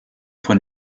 von